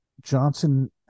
Johnson